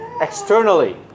externally